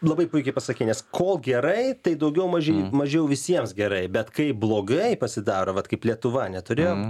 labai puikiai pasakei nes kol gerai tai daugiau mažiau mažiau visiems gerai bet kai blogai pasidaro vat kaip lietuva neturėjome